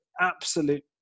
absolute